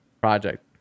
project